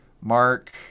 Mark